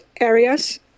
areas